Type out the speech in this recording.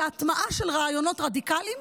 זה הטמעה של רעיונות רדיקליים